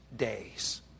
days